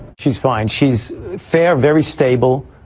she's fine, she's fair, very stable,